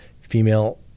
female